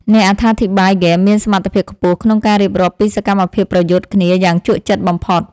អ្នកអត្ថាធិប្បាយហ្គេមមានសមត្ថភាពខ្ពស់ក្នុងការរៀបរាប់ពីសកម្មភាពប្រយុទ្ធគ្នាយ៉ាងជក់ចិត្តបំផុត។